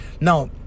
now